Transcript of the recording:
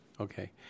Okay